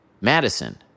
Madison